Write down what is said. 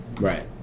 Right